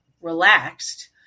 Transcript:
relaxed